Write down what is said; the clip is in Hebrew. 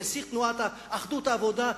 נסיך תנועת אחדות העבודה,